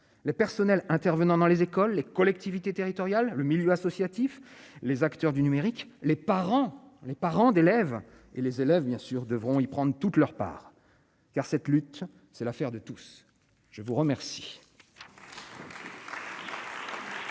les personnels intervenant dans les écoles, les collectivités territoriales, le milieu associatif, les acteurs du numérique, les parents, les parents d'élèves et les élèves bien sûr devront y prendre toute leur part, car cette lutte, c'est l'affaire de tous, je vous remercie. La parole est